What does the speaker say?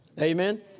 Amen